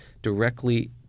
directly